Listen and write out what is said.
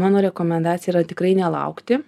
mano rekomendacija yra tikrai nelaukti